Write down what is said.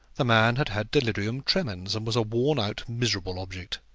the man had had delirium tremens, and was a worn-out miserable object.